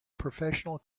professional